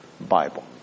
Bible